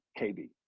KB